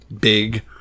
big